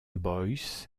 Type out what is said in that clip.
boys